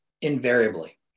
Invariably